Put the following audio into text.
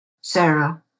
Sarah